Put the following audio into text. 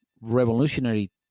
revolutionary